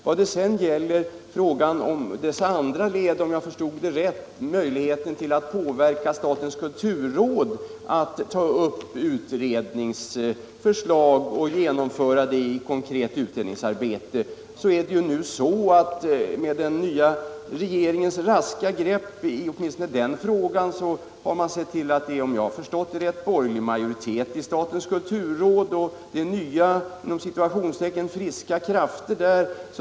Vad sedan gäller frågans andra del, alltså möjligheten att påverka statens kulturråd att ta upp utredningsförslag och genomföra dem i konkret utredningsarbete, vill jag framhålla att man nu med den nya regeringens raska grepp åtminstone i den frågan har sett till att det är borgerlig majoritet i statens kulturråd. Det är ”nya friska” tag.